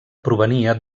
provenia